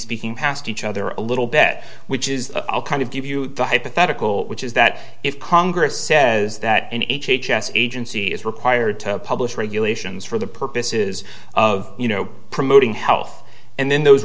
speaking past each other a little bet which is kind of give you the hypothetical which is that if congress says that in h h s agency is required to publish regulations for the purposes of you know promoting health and then those